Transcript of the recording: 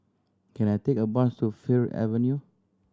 can I take a bus to Fir Avenue